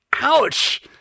Ouch